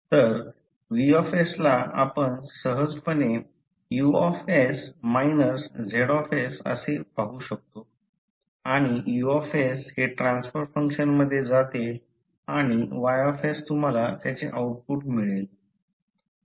तर V ला आपण सहजपणे U - Z असे पाहू शकतो आणि U हे ट्रान्सफर फंक्शनमध्ये जाते आणि Y तुम्हाला त्याचे आउटपुट मिळेल